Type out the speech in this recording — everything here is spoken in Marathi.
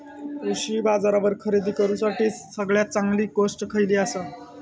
कृषी बाजारावर खरेदी करूसाठी सगळ्यात चांगली गोष्ट खैयली आसा?